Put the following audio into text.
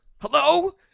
Hello